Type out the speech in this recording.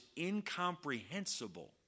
incomprehensible